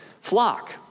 flock